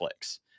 Netflix